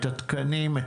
את התקנים,